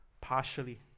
Partially